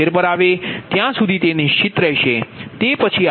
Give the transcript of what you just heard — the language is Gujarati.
76 પર આવે ત્યાં સુધી તે નિશ્ચિત રહેશે